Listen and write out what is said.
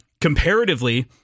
comparatively